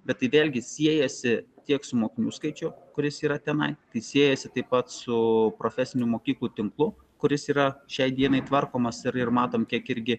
bet tai vėlgi siejasi tiek su mokinių skaičių kuris yra tenai tai siejasi taip pat su profesinių mokyklų tinklu kuris yra šiai dienai tvarkomas ir matome kiek irgi